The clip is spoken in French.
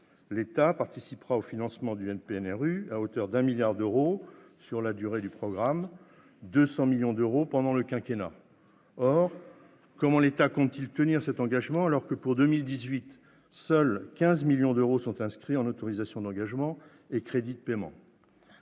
L'État participera au financement du NPNRU à hauteur de 1 milliard d'euros sur la durée du programme, dont 200 millions d'euros pendant le quinquennat. Or comment compte-t-il tenir cet engagement alors que, pour 2018, seuls 15 millions d'euros sont inscrits en autorisations d'engagement et en crédits de paiement ?